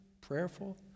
Prayerful